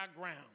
ground